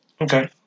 Okay